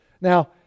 Now